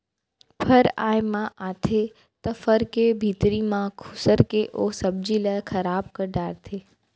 फर आए म आथे त फर के भीतरी म खुसर के ओ सब्जी ल खराब कर डारथे